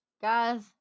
Guys